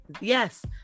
Yes